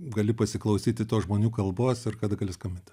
gali pasiklausyti tos žmonių kalbos ir kada gali skambinti